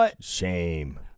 Shame